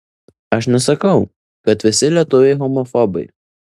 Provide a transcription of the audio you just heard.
aš nesakau kad visi lietuviai homofobai